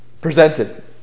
presented